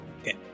Okay